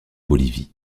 bolivie